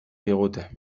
digute